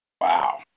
wow